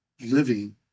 living